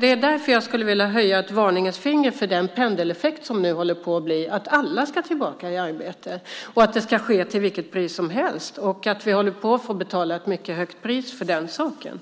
Det är därför jag skulle vilja höja ett varningens finger för den pendeleffekt som nu håller på att uppstå, att alla ska tillbaka i arbete, att det ska ske till vilket pris som helst och att vi håller på att få betala ett mycket högt pris för den saken.